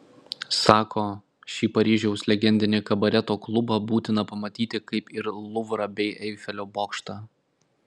sako šį paryžiaus legendinį kabareto klubą būtina pamatyti kaip ir luvrą bei eifelio bokštą